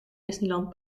disneyland